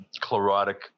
chlorotic